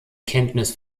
kenntnis